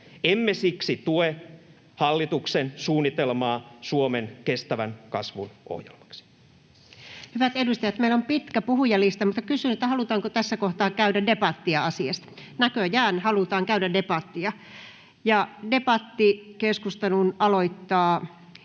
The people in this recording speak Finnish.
selonteko eduskunnalle - Suomen kestävän kasvun ohjelma Time: 15:24 Content: Hyvät edustajat, meillä on pitkä puhujalista, mutta kysyn: halutaanko tässä kohtaa käydä debattia asiasta? — Näköjään halutaan käydä debattia. Ja debattikeskustelun aloittaa